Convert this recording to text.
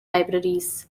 libraries